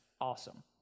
awesome